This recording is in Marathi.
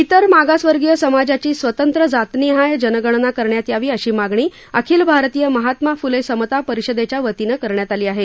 इतर मागासवर्गीय समाजाची स्वतंत्र जातनिहाय जनगणना करण्यात यावी अशी मागणी अखिल भारतीय महात्मा फुले समता परिषोच्या वतीनं करण्यात आली आहे